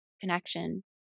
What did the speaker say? connection